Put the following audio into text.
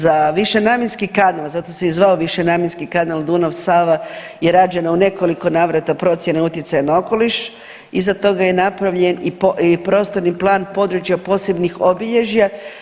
Za višenamjenski kanal zato se i zvao višenamjenski Kanal Dunav-Sava je rađena u nekoliko navrata procjena utjecaja na okoliš iza toga je napravljeni prostorni plan područja posebnih obilježja.